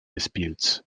disputes